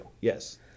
Yes